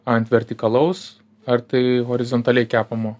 ant vertikalaus ar tai horizontaliai kepamo